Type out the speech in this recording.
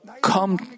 come